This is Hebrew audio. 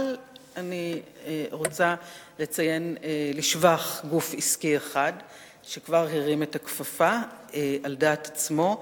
אבל אני רוצה לציין לשבח גוף עסקי אחד שכבר הרים את הכפפה על דעת עצמו,